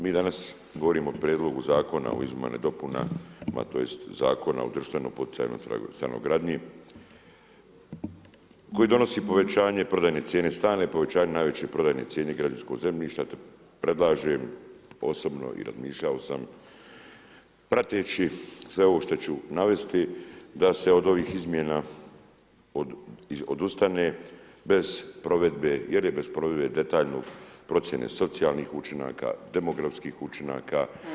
Mi danas govorimo o Prijedlogu zakona o Izmjenama i dopunama tj. Zakona o društveno poticajnoj stanogradnji, koji donosi povećanje prodajne cijene stana i povećane najveće prodajne cijene građevinskog zemljišta te predlažem osobno i razmišljao sam, prateći sve ovo što ću navesti da se od ovih izmjena odustane bez provedbe, jer je bez detalje procjene socijalnih učinaka, demografskih učinaka.